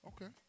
Okay